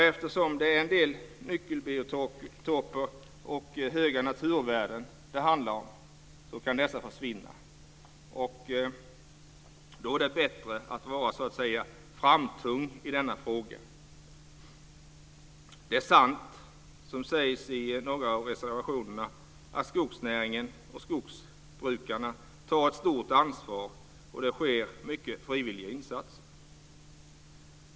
En del nyckelbiotoper och stora naturvärden kan försvinna. Det är då bättre att så att säga vara framtung i denna fråga. Det är sant som sägs i några av reservationerna att skogsnäringen och skogsbrukarna tar ett stort ansvar, och det sker många frivilliga insatser.